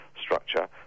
structure